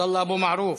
עבדאללה אבו מערוף,